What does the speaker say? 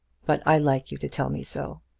but i like you to tell me so.